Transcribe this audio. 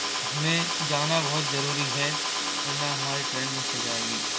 हमें जाना बहुत जरूरी है वरना हमारी ट्रेन मिस हो जाएगी